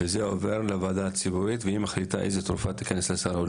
וזה עובר לוועדה הציבורית והיא מחליטה איזה תרופה תיכנס לסל או לא.